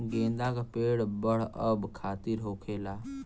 गेंदा का पेड़ बढ़अब खातिर का होखेला?